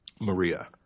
Maria